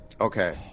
okay